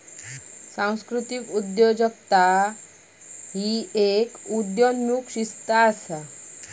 सांस्कृतिक उद्योजकता ह्य एक उदयोन्मुख शिस्त असा